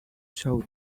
show